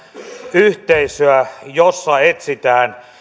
yhteisöä jossa etsitään